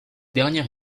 dernière